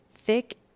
Thick